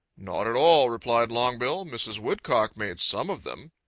not at all, replied longbill. mrs. woodcock made some of them.